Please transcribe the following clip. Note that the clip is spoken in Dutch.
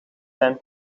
zijn